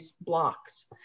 blocks